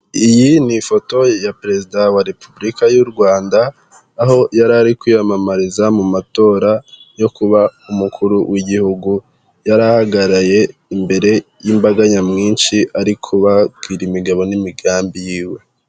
Iyi ni ifoto ya perezida wa repubulika y'u Rwanda, aho yari ari kwiyamamariza mu matora yo kuba umukuru w'igihugu, yari aharagaraye imbere y'imbaga nyamwinshi ari kubabwira imigabo n'imigambi y'iwe.